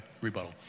rebuttal